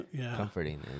comforting